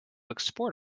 export